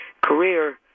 career